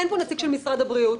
אין פה נציג של משרד הבריאות,